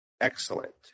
excellent